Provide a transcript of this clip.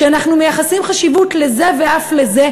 ואנחנו מייחסים חשיבות לזה ואף לזה,